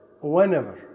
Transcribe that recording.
whenever